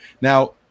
Now